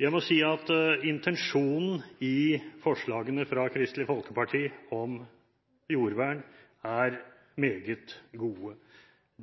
Jeg må si at intensjonen i forslagene fra Kristelig Folkeparti om jordvern er meget gode.